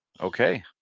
Okay